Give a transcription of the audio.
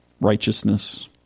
righteousness